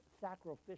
sacrificial